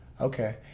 Okay